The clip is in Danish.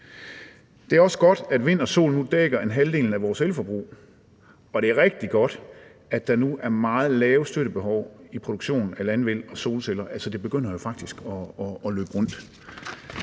Det er også godt, at vind og sol nu dækker halvdelen af vores elforbrug, og det er rigtig godt, at der nu er meget lave støttebehov i produktionen af landvind og solceller. Det begynder jo faktisk at løbe rundt.